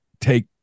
take